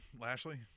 Lashley